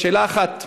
שאלה אחת"